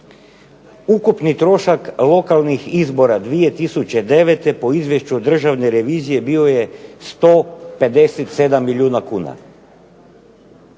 Ukupni trošak lokalnih izbora 2009. po izvješću Državne revizije bio je 157 milijuna kuna,